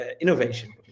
innovation